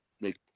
make